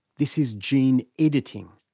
this is gene editing.